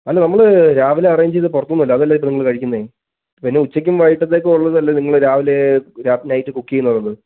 അല്ല നമ്മൾ രാവിലെ അറേഞ്ച് ചെയ്ത് പുറത്തുനിന്ന് അല്ലേ അതല്ലേ ഇപ്പോൾ നിങ്ങൾ കഴിക്കുന്നത് പിന്നെ ഉച്ചയ്ക്കും വൈകിട്ടത്തേക്കും ഉള്ളത് അല്ലേ നിങ്ങൾ രാവിലെ നൈറ്റ് കുക്ക് ചെയ്യുന്നത്